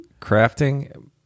Crafting